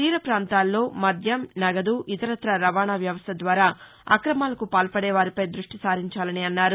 తీర పాంతాల్లో మద్యం నగదు ఇతర్మతా రవాణా వ్యవస్ట ద్వారా అక్రమాలకు పాల్పడేవారిపై దృష్టిసారించాలని అన్నారు